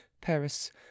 Paris